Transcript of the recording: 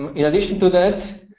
um in addition to that,